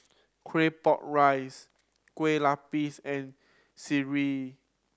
Claypot Rice Kueh Lupis and sireh